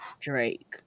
Drake